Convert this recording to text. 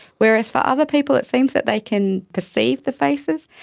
whereas for other people it seems that they can perceive the faces,